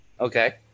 okay